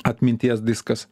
atminties diskas